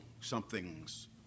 something's